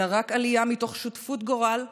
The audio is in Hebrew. אלא עלייה מתוך שותפות גורל,